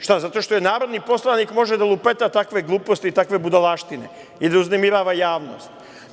Šta, zato što je narodni poslanik, pa može da lupeta, takve gluposti, takve budalaštine i da uznemirava javnost.